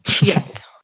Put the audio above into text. Yes